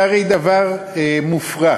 זה הרי דבר מופרך.